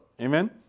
amen